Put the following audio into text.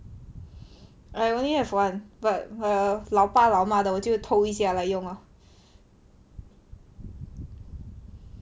I only have one but err 老爸老妈的我就偷一下来用 lor